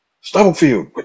Stubblefield